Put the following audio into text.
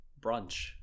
brunch